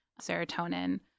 serotonin